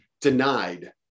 denied